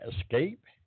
escape